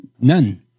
None